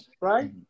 right